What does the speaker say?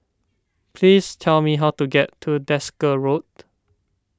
please tell me how to get to Desker Road